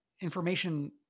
information